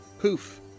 Poof